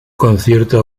concierto